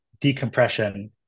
decompression